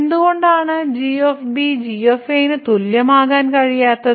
എന്തുകൊണ്ടാണ് g g ന് തുല്യമാകാൻ കഴിയാത്തത്